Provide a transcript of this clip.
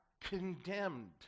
condemned